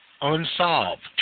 Unsolved